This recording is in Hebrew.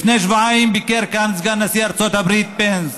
לפני שבועיים ביקר כאן סגן נשיא ארצות הברית פנס.